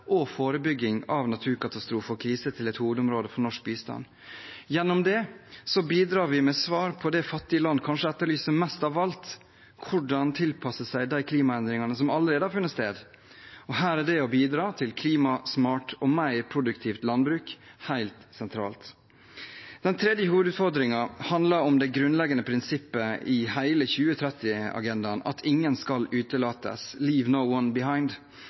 og forebygging av naturkatastrofer og kriser til et hovedområde for norsk bistand. Gjennom det bidrar vi med svar på det fattige land kanskje etterlyser mest av alt: hvordan tilpasse seg de klimaendringene som allerede har funnet sted. Her er det å bidra til et klimasmart og mer produktivt landbruk helt sentralt. Den tredje hovedutfordringen handler om det grunnleggende prinsippet i hele 2030-agendaen: at ingen skal utelates – «leave no one behind».